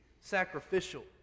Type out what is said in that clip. sacrificial